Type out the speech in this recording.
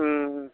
हुँ